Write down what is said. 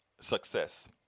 success